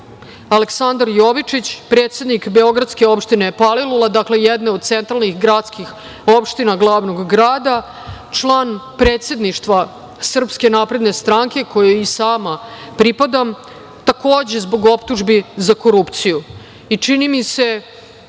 Aleksandar Jovičić, predsednik beogradske opštine Palilula, dakle jedne od centralnih gradskih opština glavnog grada, član predsedništva SNS kojoj i sama pripadam, takođe zbog optužbi za korupciju. Čini mi se